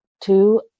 two